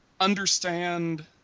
understand